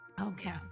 okay